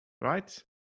right